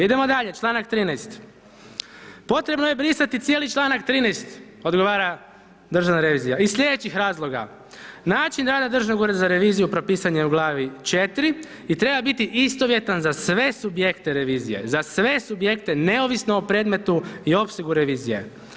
Idemo dalje, članak 13. potrebno je brisati cijeli članak 13. odgovara državna revizija, iz slijedećih razloga, način rada Državnog ureda za reviziju propisan je u glavi 4. i treba i biti istovjetan za sve subjekte revizije, za sve subjekte neovisno o predmetu i opsegu revizije.